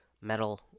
metal